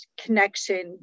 connection